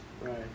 Right